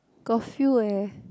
got few eh